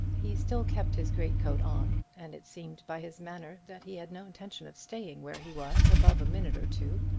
he still kept his great-coat on and it seemed by his manner that he had no intention of staying where he was above a minute or two.